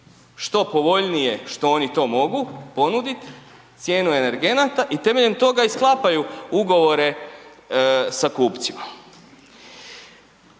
što povoljnije što oni to mogu ponudit cijenu energenata i temeljem toga i sklapaju ugovore sa kupcima.